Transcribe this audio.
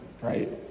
right